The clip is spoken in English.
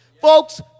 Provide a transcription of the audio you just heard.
Folks